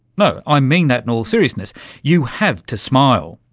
no, i mean that in all seriousness you have to smile.